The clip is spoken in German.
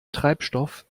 treibstoff